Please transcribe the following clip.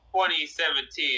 2017